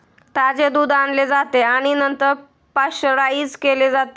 ताजे दूध आणले जाते आणि नंतर पाश्चराइज केले जाते